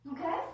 Okay